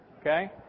okay